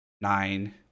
nine